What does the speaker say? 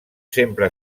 sempre